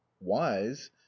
wise